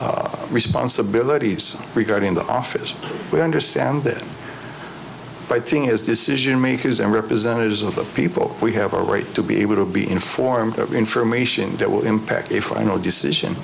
sealed responsibilities regarding the office we understand this but i think his decision makers and representatives of the people we have a right to be able to be informed of information that will impact a final decision